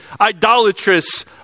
idolatrous